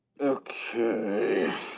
Okay